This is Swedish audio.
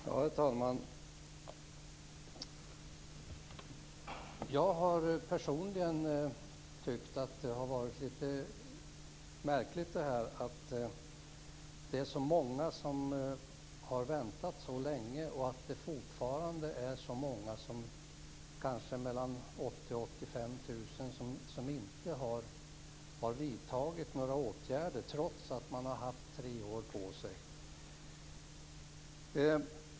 Herr talman! Jag har personligen tyckt att det har varit litet märkligt att det är så många som har väntat så länge och att det fortfarande är så många - 80 000 85 000 - som inte har vidtagit några åtgärder, trots att de har haft tre år på sig.